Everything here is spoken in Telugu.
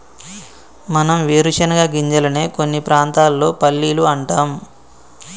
మనం వేరుశనగ గింజలనే కొన్ని ప్రాంతాల్లో పల్లీలు అంటాం